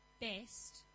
best